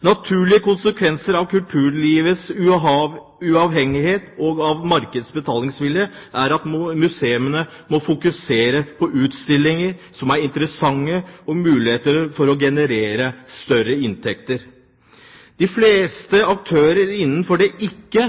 Naturlige konsekvenser av kulturlivets uavhengighet og av markedets betalingsvilje er at museene må fokusere på utstillinger som er interessante, og muligheter for å generere større inntekter. De fleste aktører innenfor det